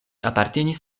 apartenis